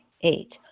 Eight